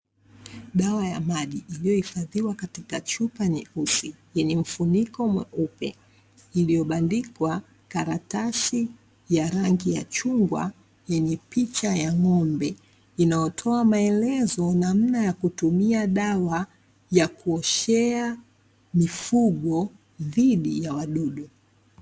Dawa ya maji iliyohifadhiwa katika chupa nyeusi yenye mfuniko mweupe iliyobandikwa karatasi ya rangi ya chungwa yenye picha ya ng'ombe inayotoa maelezo namna ya kutumia dawa ya kuoshea mifugo dhidi ya wadudu.